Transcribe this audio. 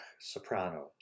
soprano